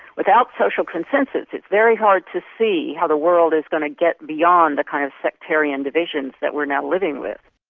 without social consensus it's very hard to see how the world is going to get beyond the kind of sectarian divisions that we're now living with.